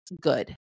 good